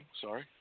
Sorry